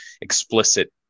explicit